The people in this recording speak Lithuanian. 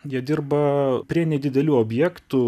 jie dirba prie nedidelių objektų